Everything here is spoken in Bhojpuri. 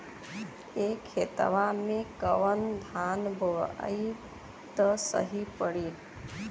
ए खेतवा मे कवन धान बोइब त सही पड़ी?